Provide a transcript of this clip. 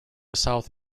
south